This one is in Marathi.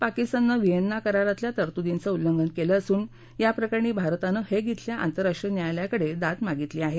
पाकिस्ताननं व्हिएन्ना करारातल्या तरतुदींचं उल्लंघन केलं असून याप्रकरणी भारतानं हेग इथल्या आंतरराष्ट्रीय न्यायालयाकडे दाद मागितली आहे